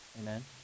Amen